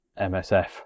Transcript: MSF